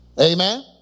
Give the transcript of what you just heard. Amen